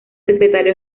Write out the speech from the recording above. secretario